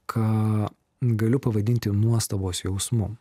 ką galiu pavadinti nuostabos jausmu